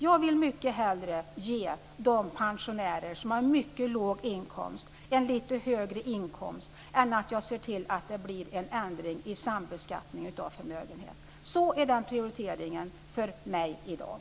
Jag vill mycket hellre ge de pensionärer som har mycket låga inkomster lite högre inkomster än att jag ser till att det blir en ändring av sambeskattningen när det gäller förmögenhet. Så är prioriteringen för mig i dag.